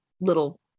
little